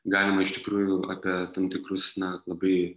galima iš tikrųjų apie tam tikrus na labai